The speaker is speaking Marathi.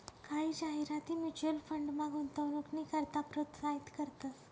कायी जाहिराती म्युच्युअल फंडमा गुंतवणूकनी करता प्रोत्साहित करतंस